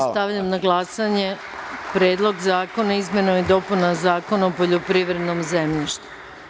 Stavljam na glasanje Predlog zakona o izmenama i dopunama Zakona o poljoprivrednom zemljištu.